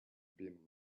been